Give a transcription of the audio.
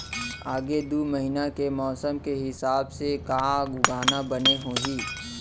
आगे दू महीना के मौसम के हिसाब से का उगाना बने होही?